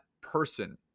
person